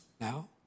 now